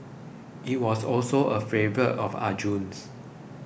it was also a favourite of Arjun's